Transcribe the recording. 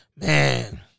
Man